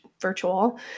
virtual